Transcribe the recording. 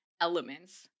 elements